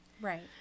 Right